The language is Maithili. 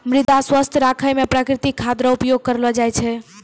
मृदा स्वास्थ्य राखै मे प्रकृतिक खाद रो उपयोग करलो जाय छै